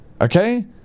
okay